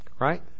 right